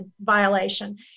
violation